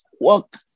work